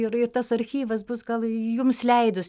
ir ir tas archyvas bus gal jums leidus